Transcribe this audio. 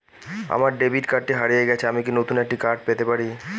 আমার ডেবিট কার্ডটি হারিয়ে গেছে আমি কি নতুন একটি কার্ড পেতে পারি?